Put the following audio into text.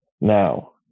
Now